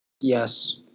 Yes